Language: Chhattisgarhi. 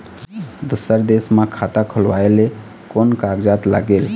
दूसर देश मा खाता खोलवाए ले कोन कागजात लागेल?